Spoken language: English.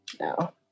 no